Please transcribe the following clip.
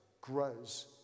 grows